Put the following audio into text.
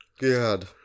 God